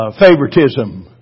favoritism